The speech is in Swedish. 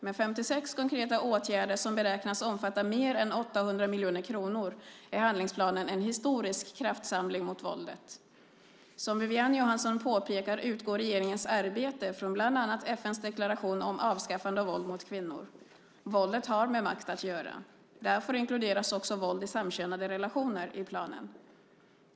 Med 56 konkreta åtgärder som beräknas omfatta mer än 800 miljoner kronor är handlingsplanen en historisk kraftsamling mot våldet. Som Wiwi-Anne Johansson påpekar utgår regeringens arbete från bland annat FN:s deklaration om avskaffande av våld mot kvinnor. Våldet har med makt att göra. Därför inkluderas också våld i samkönade relationer i planen.